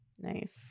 Nice